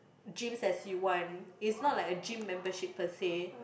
gyms as you want its not like a gym membership per say